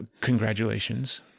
Congratulations